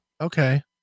Okay